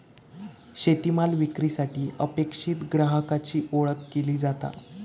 शेतमाल विक्रीसाठी अपेक्षित ग्राहकाची ओळख केली जाता